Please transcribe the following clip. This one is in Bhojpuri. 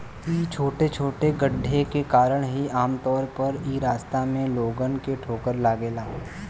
इ छोटे छोटे गड्ढे के कारण ही आमतौर पर इ रास्ता में लोगन के ठोकर लागेला